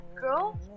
girl